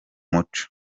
muco